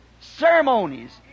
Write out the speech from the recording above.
Ceremonies